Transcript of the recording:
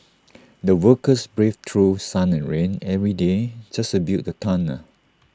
the workers braved through sun and rain every day just to build the tunnel